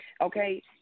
Okay